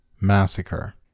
Massacre